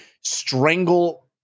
strangle